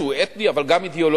שהוא אתני אבל גם אידיאולוגי,